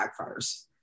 backfires